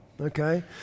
okay